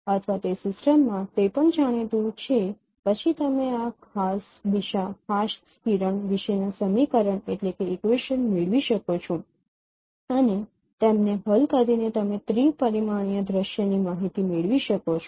અથવા તે સિસ્ટમમાં તે પણ જાણીતું છે પછી તમે આ ખાસ દિશા ખાસ કિરણ વિશેના સમીકરણ મેળવી શકો છો અને તેમને હલ કરીને તમે ત્રિ પરિમાણીય દ્રશ્યની માહિતી મેળવી શકો છો